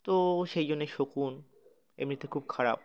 তো সেই জন্যে শকুন এমনিতে খুব খারাপ